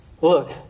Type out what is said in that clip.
Look